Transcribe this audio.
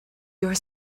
your